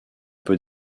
peu